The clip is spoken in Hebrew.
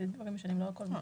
ההסתייגויות לא התקבלה.